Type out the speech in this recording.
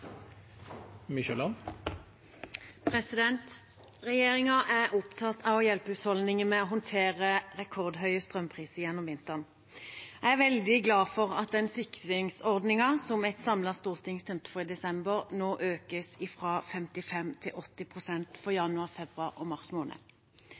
opptatt av å hjelpe husholdningene med å håndtere rekordhøye strømpriser gjennom vinteren. Jeg er veldig glad for at den sikringsordningen som et samlet storting stemte for i desember, nå økes fra 55 pst. til 80 pst. for